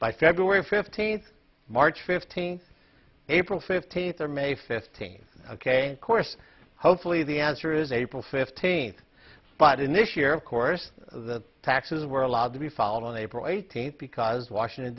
by february fifteenth march fifteenth april fifteenth or may fifteenth ok course hopefully the answer is april fifteenth but in this year of course the taxes were allowed to be followed on april eighteenth because washington